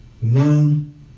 one